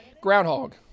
Groundhog